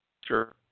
Sure